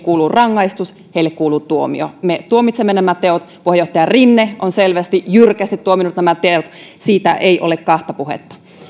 kuuluu rangaistus heille kuuluu tuomio me tuomitsemme nämä teot puheenjohtaja rinne on selvästi ja jyrkästi tuominnut nämä teot siitä ei ole kahta puhetta